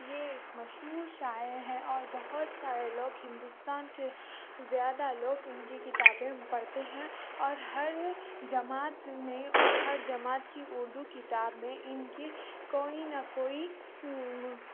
یہ ایک مشہور شاعر ہے اور بہت سارے لوگ ہندوستان کے زیادہ لوگ ان کی کتابیں پڑھتے ہیں اور ہر جماعت میں ہر جماعت کی اردو کتاب میں ان کی کوئی نہ کوئی